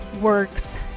works